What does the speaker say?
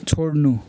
छोड्नु